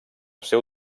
seu